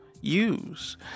use